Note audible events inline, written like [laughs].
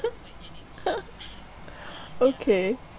[laughs] okay